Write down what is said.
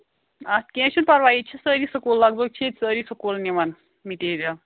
اَدٕ کیٚنہہ چھُنہٕ پرواے ییٚتہِ چھِ سٲری سکوٗل لَ گ بگ چھِ ییٚتہِ سٲری سکوٗل نِوان میٚٹیٖریَل